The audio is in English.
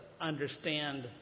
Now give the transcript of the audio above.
understand